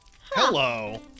Hello